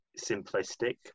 simplistic